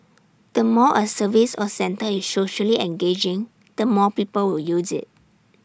the more A service or centre is socially engaging the more people will use IT